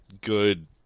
good